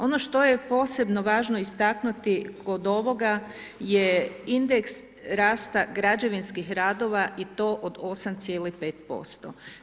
Ono što je posebno važno istaknuti kod ovoga je indeks rasta građevinskih radova i to od 8,5%